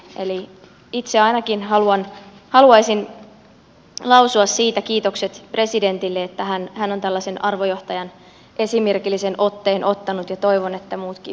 eli itse ainakin haluan lausua siitä kiitokset presidentille että hän on tällaisen arvojohtajan esimerkillisen otteen ottanut ja toivon että muutkin